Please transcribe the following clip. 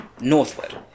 northward